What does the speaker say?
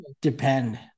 depend